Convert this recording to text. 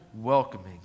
welcoming